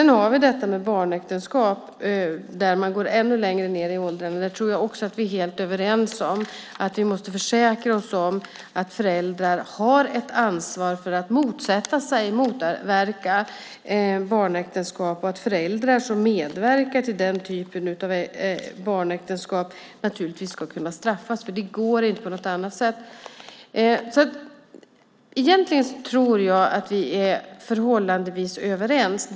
När det gäller barnäktenskap där man går ännu längre ned i åldrarna tror jag att vi är helt överens om att vi måste försäkra oss om att föräldrar har ett ansvar för att motsätta sig och motverka barnäktenskap och att föräldrar som medverkar till barnäktenskap naturligtvis ska kunna straffas. Det går inte på något annat sätt. Jag tror att vi är förhållandevis överens.